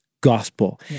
gospel